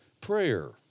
prayer